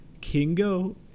Kingo